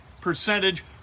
percentage